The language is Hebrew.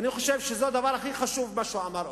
ואני חושב שזה הדבר הכי חשוב שהוא אמר,